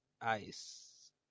Ice